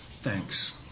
thanks